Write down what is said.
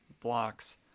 blocks